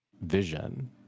vision